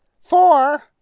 Four